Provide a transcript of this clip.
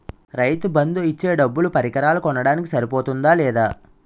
రైతు బందు ఇచ్చే డబ్బులు పరికరాలు కొనడానికి సరిపోతుందా లేదా?